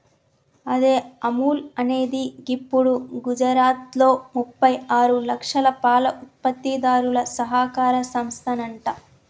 అదే అముల్ అనేది గిప్పుడు గుజరాత్లో ముప్పై ఆరు లక్షల పాల ఉత్పత్తిదారుల సహకార సంస్థనంట